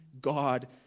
God